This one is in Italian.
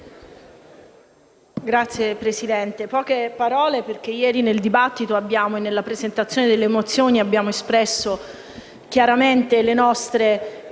Signor Presidente, dirò poche parole perché ieri, nel dibattito per la presentazione delle mozioni, abbiamo espresso chiaramente le nostre